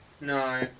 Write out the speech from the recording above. No